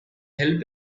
help